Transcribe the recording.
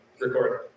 record